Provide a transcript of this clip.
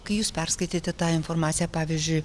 kai jūs perskaitėte tą informaciją pavyzdžiui